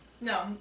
No